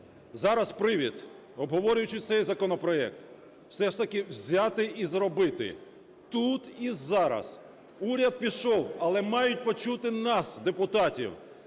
Зараз привід, обговорюючи цей законопроект, все ж таки взяти і зробити тут і зараз. Уряд пішов, але мають почути нас, депутатів.